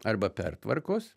arba pertvarkos